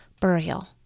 burial